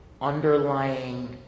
underlying